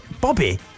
Bobby